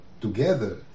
together